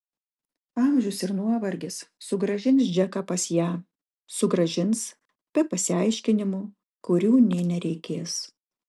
amžius ir nuovargis sugrąžins džeką pas ją sugrąžins be pasiaiškinimų kurių nė nereikės